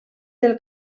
del